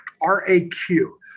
R-A-Q